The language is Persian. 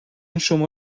شما